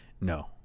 No